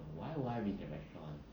why would I be at the restaurant